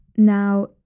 Now